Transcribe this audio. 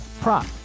prop